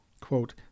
Quote